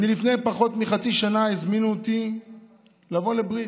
לפני פחות מחצי שנה הזמינו אותי לבוא לברית.